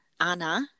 Anna